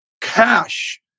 cash